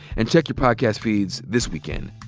and check your podcast feeds this weekend.